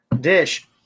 Dish